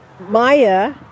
Maya